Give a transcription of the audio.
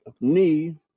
knee